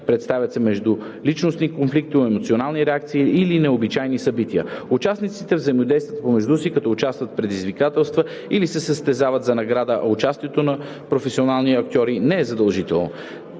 представят се междуличностни конфликти, емоционални реакции или необичайни събития. Участниците взаимодействат помежду си, като участват в предизвикателства и/или се състезават за награда, а участието на професионални актьори не е задължително.